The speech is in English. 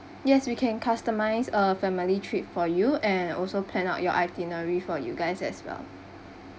yes we can customise a family trip for you and also plan out your itinerary for you guys as well